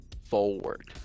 forward